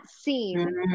scene